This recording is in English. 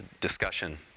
discussion